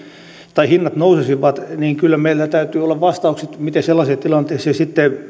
tai hinnat nousisivat niin kyllä meillä täytyy olla vastaukset miten sellaiseen tilanteeseen sitten